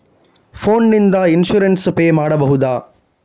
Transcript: Phone ನಿಂದ insurance pay ಮಾಡಬಹುದ?